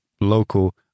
local